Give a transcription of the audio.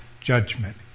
judgment